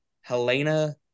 Helena